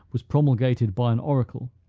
was promulgated by an oracle,